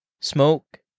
smoke